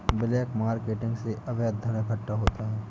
black marketing से अवैध धन इकट्ठा होता है